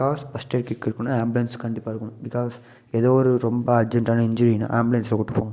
because first aid kit இருக்கணும் ambulance கண்டிப்பாக இருக்கணும் பிகாஸ் எதோ ஒரு ரொம்ப அர்ஜென்டான இஞ்சூரினா ஆம்புலன்ஸில் கூட்டுப் போவாங்க